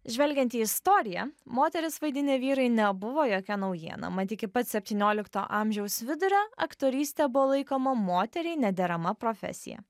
žvelgiant į istoriją moteris vaidinę vyrai nebuvo jokia naujiena mat iki pat septyniolikto amžiaus vidurio aktorystė buvo laikoma moteriai nederama profesija